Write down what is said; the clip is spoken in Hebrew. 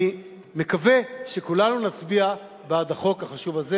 אני מקווה שכולנו נצביע בעד החוק החשוב הזה.